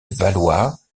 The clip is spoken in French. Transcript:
valois